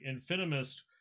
Infinimist